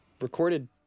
recorded